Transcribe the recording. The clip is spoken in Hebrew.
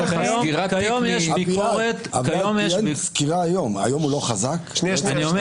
כיום הוא לא חזק?